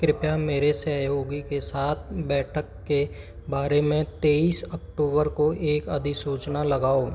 कृपया मेरे सहयोगी के साथ बैठक के बारे में तेईस अक्टूबर को एक अधिसूचना लगाओ